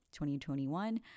2021